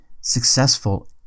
successful